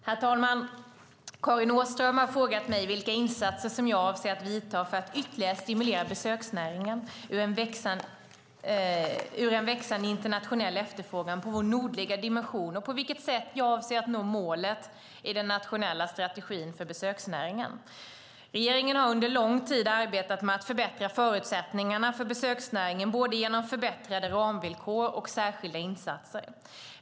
Herr talman! Karin Åström har frågat mig vilka insatser jag avser att vidta för att ytterligare stimulera besöksnäringen ur en växande internationell efterfrågan på vår nordliga dimension och på vilket sätt jag avser att nå målet i den nationella strategin för besöksnäringen. Regeringen har under lång tid arbetat med att förbättra förutsättningarna för besöksnäringen genom både förbättrade ramvillkor och särskilda insatser.